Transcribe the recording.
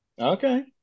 Okay